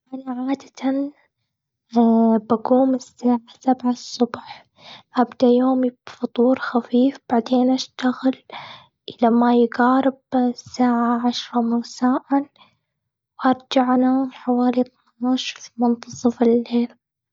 أنا عادة بقوم الساعة سبعة الصبح. أبدا يومي بفطور خفيف. بعدين أشتغل إلى ما يقارب الساعة عشرة مساءً. وارجع أنام حوالي اتناش في منتصف الليل.